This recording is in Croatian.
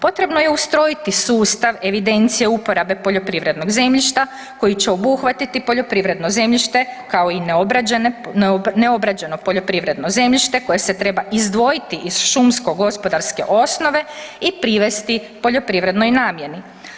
Potrebno je ustrojiti sustav evidencije uporabe poljoprivrednog zemljišta koji će obuhvatiti poljoprivredno zemljište kao i neobrađeno poljoprivredno zemljište koje se treba izdvojiti iz šumsko-gospodarske osnove i privesti poljoprivrednoj namjeni.